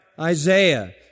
Isaiah